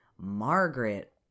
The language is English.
Margaret